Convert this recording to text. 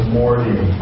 morning